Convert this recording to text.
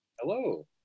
Hello